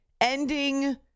ending